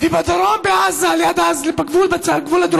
ובדרום בעזה, בגבול הדרומי.